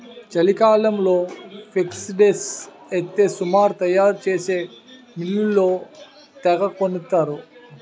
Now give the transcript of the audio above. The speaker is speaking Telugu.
చలికాలంలో ఫేక్సీడ్స్ ఎత్తే సమురు తయారు చేసే మిల్లోళ్ళు తెగకొనేత్తరు